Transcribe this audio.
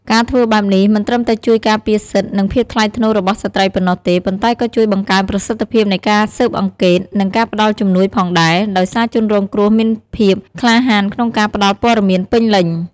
ការធ្វើបែបនេះមិនត្រឹមតែជួយការពារសិទ្ធិ និងភាពថ្លៃថ្នូររបស់ស្ត្រីប៉ុណ្ណោះទេ ប៉ុន្តែក៏ជួយបង្កើនប្រសិទ្ធភាពនៃការស៊ើបអង្កេត និងការផ្តល់ជំនួយផងដែរ ដោយសារជនរងគ្រោះមានភាពក្លាហានក្នុងការផ្តល់ព័ត៌មានពេញលេញ។